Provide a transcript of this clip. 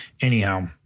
anyhow